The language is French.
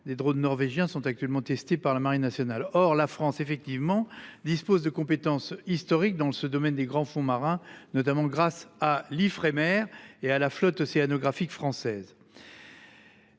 des drone norvégiens sont actuellement testés par la marine nationale. Or la France effectivement dispose de compétences historique dans ce domaine des grands fonds marins notamment grâce à l'Ifremer et à la flotte océanographique française.